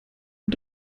und